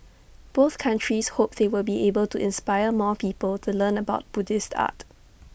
both countries hope they will be able to inspire more people to learn about Buddhist art